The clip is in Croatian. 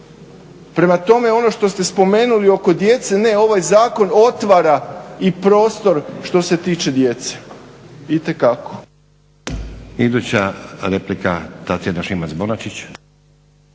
Prema tome, ono što ste spomenuli oko djece, ne ovaj Zakon otvara i prostor što se tiče djece, itekako.